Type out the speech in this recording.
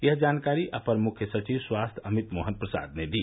यह जानकारी अपर मुख्य सचिव स्वास्थ्य अमित मोहन प्रसाद ने दी